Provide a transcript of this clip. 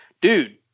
dude